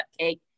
cupcake